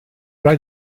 rhaid